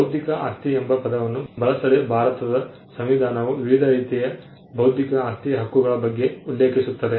ಬೌದ್ಧಿಕ ಆಸ್ತಿ ಎಂಬ ಪದವನ್ನು ಬಳಸದೆ ಭಾರತದ ಸಂವಿಧಾನವು ವಿವಿಧ ರೀತಿಯ ಬೌದ್ಧಿಕ ಆಸ್ತಿಯ ಹಕ್ಕುಗಳ ಬಗ್ಗೆ ಉಲ್ಲೇಖಿಸುತ್ತದೆ